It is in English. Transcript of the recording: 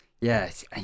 Yes